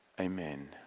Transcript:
amen